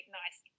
nice